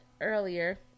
earlier